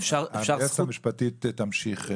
היועצת המשפטית תמשיך.